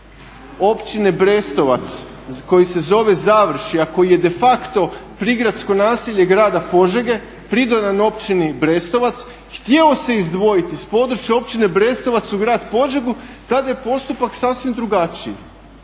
općine Brestovac koji se zove Završje a koji je de facto prigradsko naselje grada Požege pridodan općini Brestovac htjeo se izdvojiti iz područja općine Brestovac u grad Požegu, tada je postupak sasvim drugačiji,